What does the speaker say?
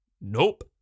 Nope